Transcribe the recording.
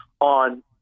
on